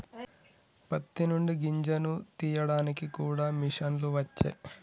పత్తి నుండి గింజను తీయడానికి కూడా మిషన్లు వచ్చే